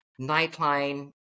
Nightline